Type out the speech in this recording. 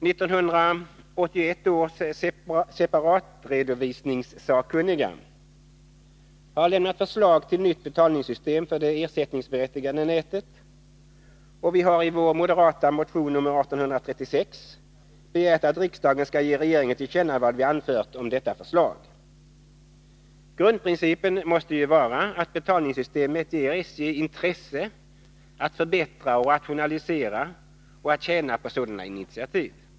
1981 års separatredovisningssakkunniga har lämnat förslag till nytt betalningssystem för det ersättningsberättigade nätet, och vi har i vår moderata motion nr 1836 begärt att riksdagen skall ge regeringen till känna vad vi anfört om detta förslag. Grundprincipen måste ju vara att betalningssystemet ger SJ intresse för att förbättra och rationalisera och att tjäna på sådana initiativ.